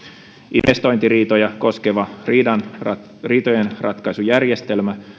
investointiriitoja koskeva riitojenratkaisujärjestelmä